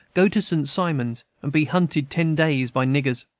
go to st simon's and be hunted ten days by niggers.